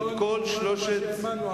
ויתרנו על השלטון למען מה שהאמנו,